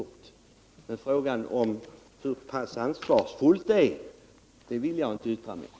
Men hur ansvarslöst det är vill jag inte yttra mig om.